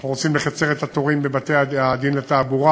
אנחנו רוצים לקצר את התורים בבתי-הדין לתעבורה,